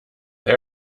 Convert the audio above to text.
they